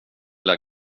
lär